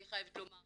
אני חייבת לומר.